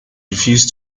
refused